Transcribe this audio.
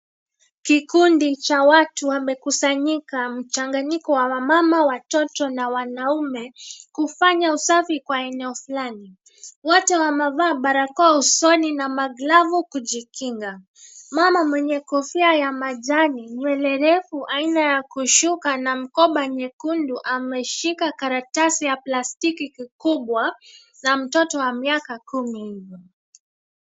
Kikundi cha watu wamekusanyika mchanganyiko wa wamama, watoto na wanaume kufanya usafi kwa eneo fulani. Wote wamevaa barakoa usoni na maglavu kujikinga. Mama mwenye kofia ya majani, nywele refu aina ya kushuka ana mkoba nyekundu ameshika karatasi ya plastiki kikubwa na mtoto wa miaka kumi.